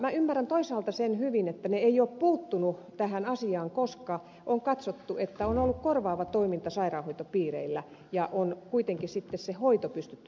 minä ymmärrän toisaalta sen hyvin että ne eivät ole puuttuneet tähän asiaan koska on katsottu että on ollut korvaava toiminta sairaanhoitopiireillä ja on kuitenkin se hoito pystytty järjestämään